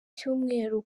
cyumweru